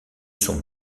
son